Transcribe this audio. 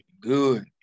Good